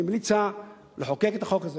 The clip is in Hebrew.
והיא המליצה לחוקק את החוק הזה